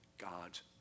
God's